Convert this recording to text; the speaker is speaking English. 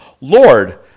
Lord